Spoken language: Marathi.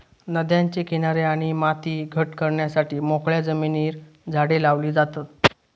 नद्यांचे किनारे आणि माती घट करण्यासाठी मोकळ्या जमिनीर झाडे लावली जातत